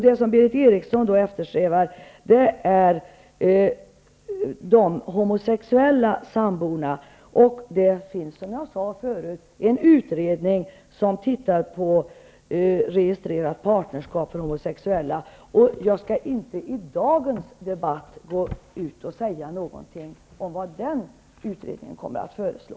Det som Berith Eriksson eftersträvar är homosexuella sambors rätt till ersättning. Det pågår, som jag förut sade, en utredning som ser på frågan om registrerat partnerskap för homosexuella. Jag skall inte i dagens debatt säga någonting om vad den utredningen kommer att föreslå.